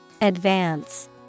advance